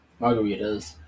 margaritas